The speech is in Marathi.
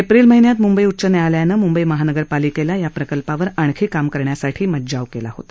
एप्रिल महिन्यात मुंबई उच्च न्यायालयानं मुंबई महानगरपालिकेला या प्रकल्पावर आणखी काम करण्यासाठी मज्जाव केला होता